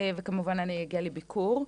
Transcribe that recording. וכמובן שאני אגיע לביקור.